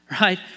Right